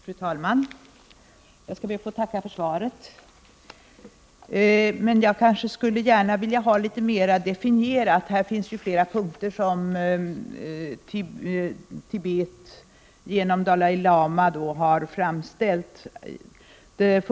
Fru talman! Jag skall be att få tacka för svaret. Jag skulle gärna vilja ha litet mera definierad information på flera punkter där Tibet genom Dalai lama framställt krav.